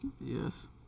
Yes